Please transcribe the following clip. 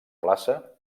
plaça